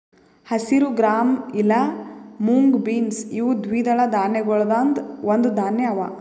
ಹಸಿರು ಗ್ರಾಂ ಇಲಾ mung beans ಇವು ದ್ವಿದಳ ಧಾನ್ಯಗೊಳ್ದಾಂದ್ ಒಂದು ಧಾನ್ಯ ಅವಾ